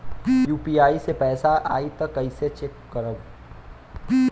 UPI से पैसा आई त कइसे चेक खरब?